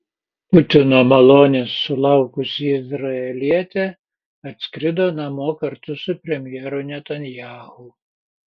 putino malonės sulaukusi izraelietė atskrido namo kartu su premjeru netanyahu